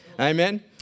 Amen